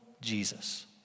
Jesus